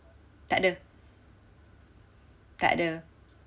tak ada tak ada